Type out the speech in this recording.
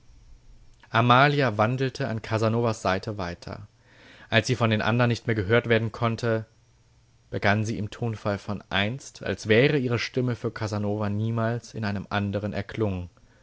amalia wandelte an casanovas seite weiter als sie von den andern nicht mehr gehört werden konnte begann sie im tonfall von einst als wäre ihre stimme für casanova niemals in einem andern erklungen